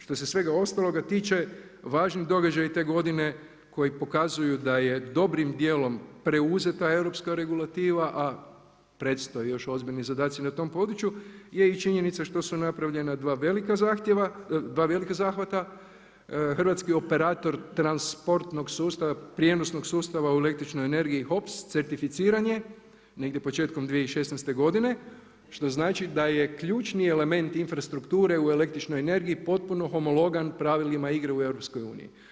Što se svega ostaloga tiče, važni događaji te godine koji pokazuju da je dobrim dijelom preuzeta europska regulativa a predstoje još ozbiljni zadaci na tom području je i činjenica što su napravljena dva velika zahvata, hrvatski operator transportnog sustava, prijenosnog sustava u električnoj energiji … certificiranje, negdje početkom 2016. godine, što znači da je ključni element infrastrukture u električnoj energiji, potpuno homologan pravilima igre u EU-u.